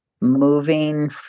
moving